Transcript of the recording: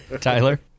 Tyler